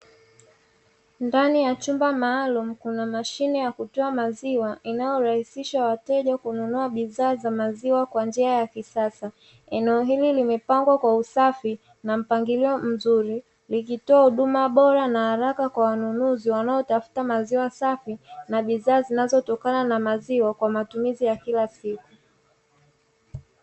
Ndani ya chumba maalumu kuna mashine ya kutoa maziwa, inayorahisisha wateja kununua bidhaa za maziwa kwa njia ya kisasa. Eneo hili limepangwa kwa usafi na mpangilio mzuri, likitoa huduma bora na haraka kwa wanunuzi wanaotafuta maziwa safi, na bidhaa zinazotokana na maziwa kwa matumizi ya kila siku.